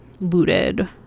looted